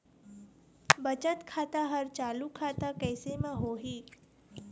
बचत खाता हर चालू खाता कैसे म होही?